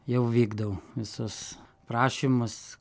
jau vykdau visus prašymus